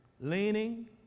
leaning